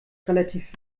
relativ